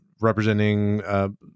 representing